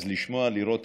אז לשמוע, לראות